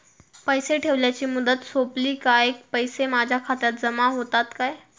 पैसे ठेवल्याची मुदत सोपली काय पैसे माझ्या खात्यात जमा होतात काय?